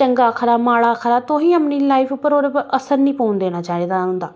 चंगा आक्खा दा माड़ा आक्खा दा तुसें अपने लाइफ उप्पर ओह्दे उप्पर असर निं पौन देन होंदा